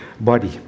body